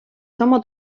sama